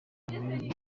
kamere